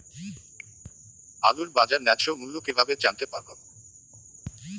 আলুর বাজার ন্যায্য মূল্য কিভাবে জানতে পারবো?